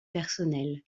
personnel